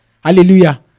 Hallelujah